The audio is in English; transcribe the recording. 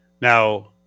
Now